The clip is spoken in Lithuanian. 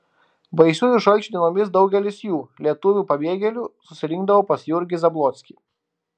baisiųjų šalčių dienomis daugelis jų lietuvių pabėgėlių susirinkdavo pas jurgį zablockį